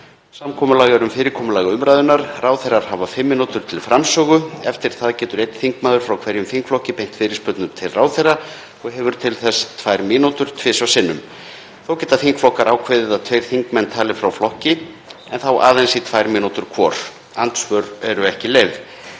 Samkomulag er um fyrirkomulag umræðunnar. Ráðherrar hafa fimm mínútur til framsögu. Eftir það getur einn þingmaður frá hverjum þingflokki beint fyrirspurnum til ráðherra og hefur til þess tvær mínútur tvisvar sinnum. Þá geta þingflokkar ákveðið að tveir þingmenn tali frá flokki en þá aðeins í tvær mínútur hvor. Andsvör eru ekki leyfð.